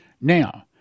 Now